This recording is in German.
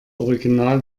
original